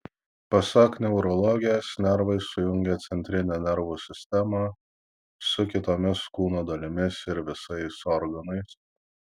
pasak neurologės nervai sujungia centrinę nervų sistemą su kitomis kūno dalimis ir visais organais